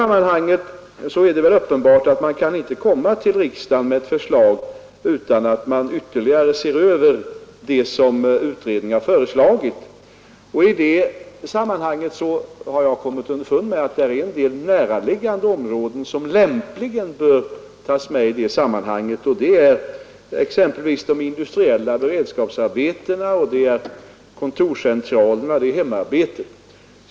Men det är väl uppenbart att man inte kan lägga fram förslag för riksdagen i den här frågan utan att ytterligare se över det som utredningen har föreslagit, och jag har kommit underfund med att en del närliggande områden lämpligen bör tas med i sammanhanget — exempelvis de industriella beredskapsarbetena, kontorscentralerna och hemarbetet.